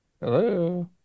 hello